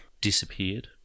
disappeared